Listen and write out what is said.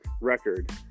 record